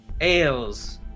ales